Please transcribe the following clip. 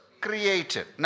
created